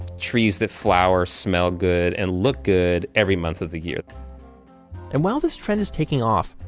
trees that flower, smell good and look good every month of the year and while this trend is taking off,